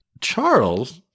Charles